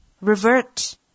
revert